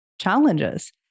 challenges